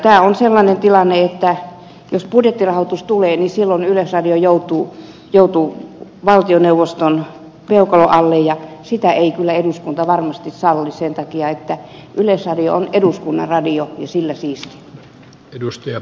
tämä on sellainen tilanne että jos budjettirahoitus tulee silloin yleisradio joutuu valtioneuvoston peukalon alle ja sitä ei kyllä eduskunta varmasti salli sen takia että yleisradio on eduskunnan radio ja sillä siisti